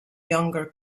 younger